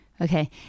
Okay